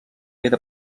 haver